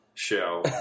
Show